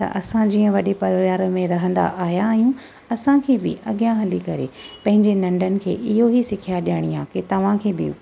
त असां जीअं वॾे परिवार में रहंदा आया आहियूं असांखे बि अॻियां हली करे पंहिंजे नंढनि खे इहेई सिखिया ॾेयणी आहे की तव्हांखे बि